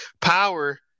power